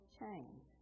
change